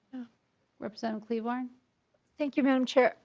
representative klevorn thank you mme. um chair.